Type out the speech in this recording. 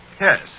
Yes